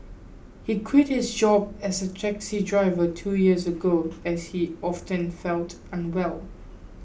he quit his job as a taxi driver two years ago as he often felt unwell